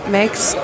makes